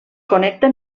connecta